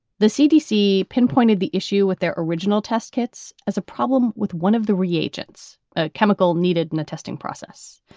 the cdc pinpointed the issue with their original test kits as a problem with one of the reagents ah chemical needed in the testing process.